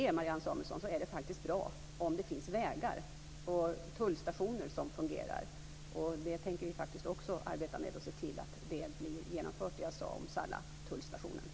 Och för att detta skall fungera är det faktiskt bra om det finns vägar och tullstationer som fungerar, Marianne Samuelsson. Vi tänker faktiskt arbeta med det också och se till att det jag sade om tullstationen i Salla blir genomfört.